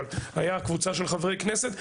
אבל הייתה קבוצה של חברי כנסת,